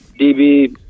DB